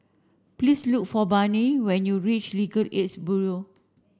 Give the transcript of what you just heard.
please look for Barney when you reach Legal Aid Bureau